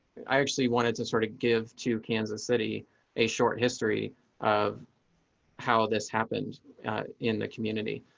i actually wanted to sort of give to kansas city a short history of how this happened in the community.